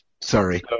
sorry